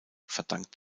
verdankt